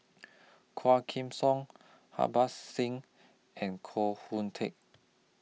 Quah Kim Song Harbans Singh and Koh Hoon Teck